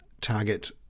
target